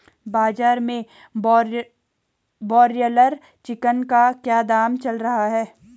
बाजार में broiler chicken का क्या दाम चल रहा है?